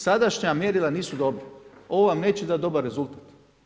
Sadašnja mjerila nisu dobra, ovo vam neće dati dobar rezultat.